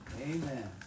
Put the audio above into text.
Amen